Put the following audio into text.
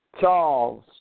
Charles